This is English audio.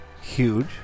Huge